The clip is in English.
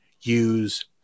use